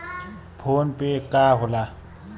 PhonePe का होला?